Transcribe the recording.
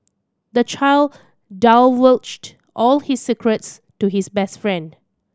the child divulged all his secrets to his best friend